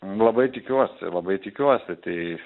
labai tikiuosi labai tikiuosi tai